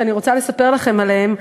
שאני רוצה לספר לכם עליהם,